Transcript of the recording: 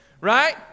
Right